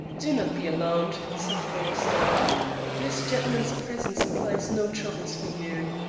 do not be alarmed, said the barrister this gentleman's presence implies no trouble for you.